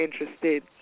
interested